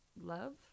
love